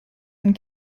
and